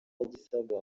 gisagara